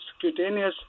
cutaneous